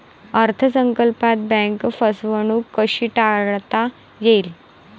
अर्थ संकल्पात बँक फसवणूक कशी टाळता येईल?